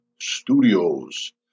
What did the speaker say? Studios